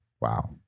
Wow